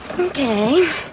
Okay